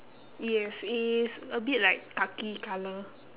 yes it is a bit like khaki colour